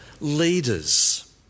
leaders